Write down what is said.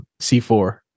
C4